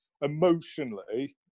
emotionally